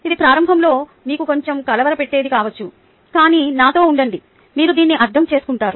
ఇది ప్రారంభంలో మీకు కొంచెం కలవరపెట్టేది కావచ్చు కానీ నాతో ఉండండి మీరు దీన్ని అర్థం చేసుకుంటారు